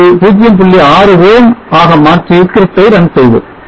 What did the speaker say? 6 Ohm ஆக மாற்றி script ஐ ரன் செய்வோம்